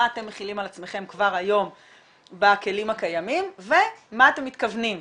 מה אתם מחילים על עצמכם כבר היום בכלים הקיימים ומה אתם מתכוונים לעשות.